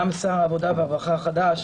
גם שר העבודה והרווחה החדש,